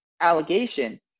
allegation